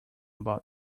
about